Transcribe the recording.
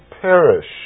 perish